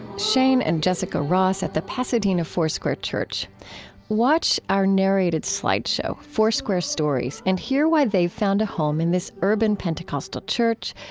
shane and jessica ross at the pasadena foursquare church watch our narrated slideshow, foursquare stories, and hear why they found a home in this urban pentecostal church.